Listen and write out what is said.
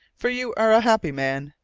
for you are a happy man.